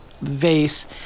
vase